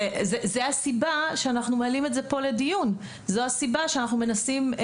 וזו הסיבה שאנחנו מעלים את זה פה לדיון וזו הסיבה שאנחנו מנסים.